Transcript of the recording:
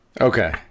Okay